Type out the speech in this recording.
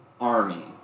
army